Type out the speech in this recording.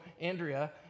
Andrea